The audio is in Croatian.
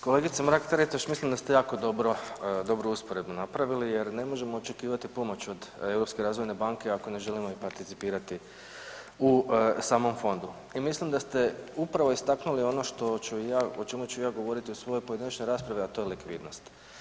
Kolegice Mrak-Taritaš, mislim da ste jako dobro dobru usporedbu napravili jer ne možemo očekivati pomoć od Europske razvojne banke ako ne želimo i participirati u samom fondu i mislim da ste upravo istaknuli ono što ću ja, o čemu ću i ja govoriti u svojoj pojedinačnoj raspravi, a to je likvidnost.